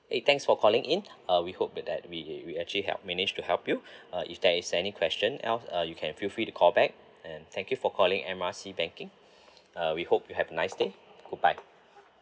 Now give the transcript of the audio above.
eh thanks for calling in uh we hope that we we actually help manage to help you uh if there is any question else uh you can feel free to call back and thank you for calling M R C banking uh we hope you have a nice day goodbye